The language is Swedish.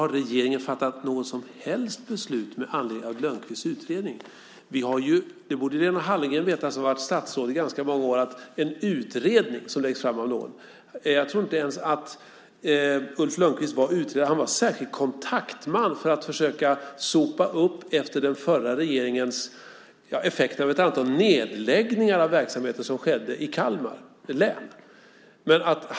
Har regeringen fattat något som helst beslut med anledning av Lönnqvists utredning? Det borde Lena Hallengren veta som har varit statsråd ganska många år. Jag tror inte ens att Ulf Lönnqvist var någon utredare utan en särskild kontaktman för att försöka sopa upp efter effekterna av ett antal nedläggningar av verksamheter som skedde i Kalmar län.